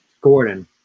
Gordon